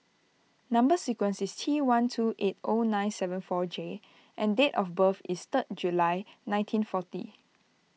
Number Sequence is T one two eight O nine seven four J and date of birth is third July nineteen forty